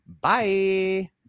Bye